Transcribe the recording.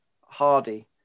Hardy